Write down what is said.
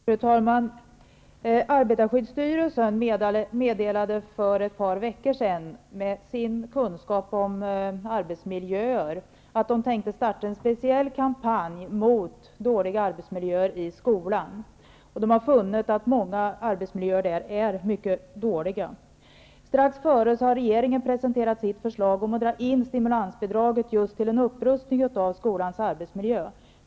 Fru talman! Arbetarskyddsstyrelsen meddelade för ett par veckor sedan, med sin kunskap om arbetsmiljöer, att man tänkte starta en speciell kampanj mot dåliga arbetsmiljöer i skolan. Man har funnit att många arbetsmiljöer där är mycket dåliga. Regeringen har strax före detta presenterat sitt förslag om att dra in just stimulansbidraget till en upprustning av skolans arbetsmiljö.